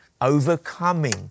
overcoming